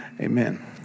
Amen